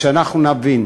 כדי שאנחנו נבין